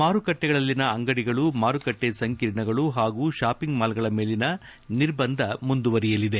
ಮಾರುಕಟ್ಟೆಗಳಲ್ಲಿನ ಅಂಗಡಿಗಳು ಮಾರುಕಟ್ಟೆ ಸಂಕಿರ್ಣಗಳು ಹಾಗೂ ಶಾಪಿಂಗ್ ಮಾಲ್ಗಳ ಮೇಲಿನ ನಿರ್ಬಂಧ ಮುಂದುವರೆಯಲಿದೆ